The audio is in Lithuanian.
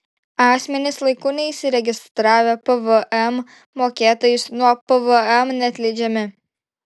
asmenys laiku neįsiregistravę pvm mokėtojais nuo pvm neatleidžiami